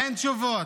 אין תשובות.